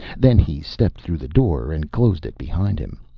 then he stepped through the door and closed it behind him.